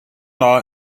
law